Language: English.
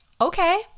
okay